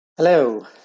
Hello